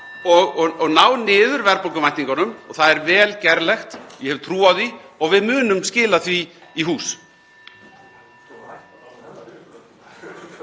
og ná niður verðbólguvæntingunum og það er vel gerlegt. Ég hef trú á því og við munum skila því í hús.